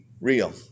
real